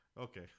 okay